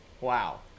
Wow